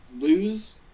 lose